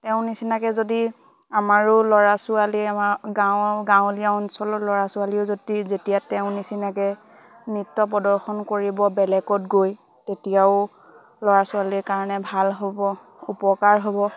তেওঁ নিচিনাকে যদি আমাৰো ল'ৰা ছোৱালীয়ে আমাৰ গাঁও গাঁৱলীয়া অঞ্চলৰ ল'ৰা ছোৱালীয়েও যদি যেতিয়া তেওঁ নিচিনাকে নৃত্য প্ৰদৰ্শন কৰিব বেলেগত গৈ তেতিয়াও ল'ৰা ছোৱালীৰ কাৰণে ভাল হ'ব উপকাৰ হ'ব